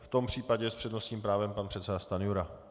V tom případě s přednostním právem pan předseda Stanjura.